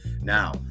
Now